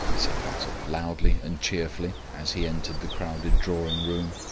said basil, loudly and cheerfully, as he entered the crowded drawing-room.